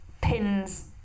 pins